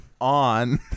on